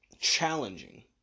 challenging